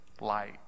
light